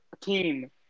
team